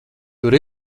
tur